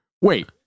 wait